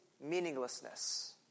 meaninglessness